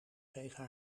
tegen